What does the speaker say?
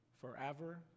forever